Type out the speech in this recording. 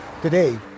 Today